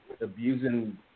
abusing